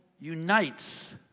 unites